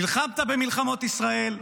נלחמת במלחמות ישראל,